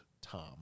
Tom